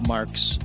Mark's